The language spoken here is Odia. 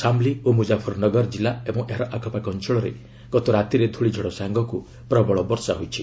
ଶାମଲୀ ଓ ମୁକ୍କାଫର୍ନଗର ଜିଲ୍ଲା ଏବଂ ଏହାର ଆଖପାଖ ଅଞ୍ଚଳରେ ଗତ ରାତିରେ ଧ୍ରଳିଝଡ଼ ସାଙ୍ଗକୁ ପ୍ରବଳ ବର୍ଷା ହୋଇଛି